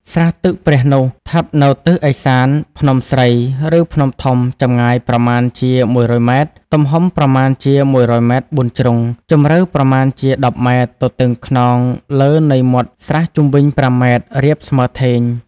ស្រះទឹកព្រះនោះ ឋិតនៅទិសឦសានភ្នំស្រី ឬ ភ្នំធំ ចម្ងាយប្រមាណជា ១០០ ម. ទំហំប្រមាណជា ១០០ ម៉ែត្រ ៤ ជ្រុង, ជម្រៅប្រមាណជា ១០ ម. ទទឹងខ្នងលើនៃមាត់ស្រះជុំវិញ ៥ ម. រាបស្មើធេង ។